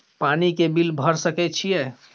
पानी के बिल भर सके छियै?